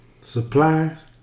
Supplies